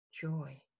joy